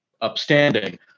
upstanding